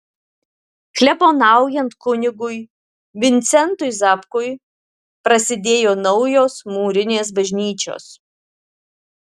klebonaujant kunigui vincentui zapkui prasidėjo naujos mūrinės bažnyčios